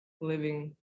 living